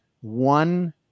one